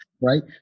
right